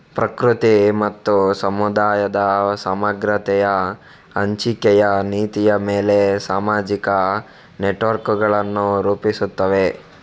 ಪ್ರಕೃತಿ ಮತ್ತು ಸಮುದಾಯದ ಸಮಗ್ರತೆಯ ಹಂಚಿಕೆಯ ನೀತಿಯ ಮೇಲೆ ಸಾಮಾಜಿಕ ನೆಟ್ವರ್ಕುಗಳನ್ನು ರೂಪಿಸುತ್ತವೆ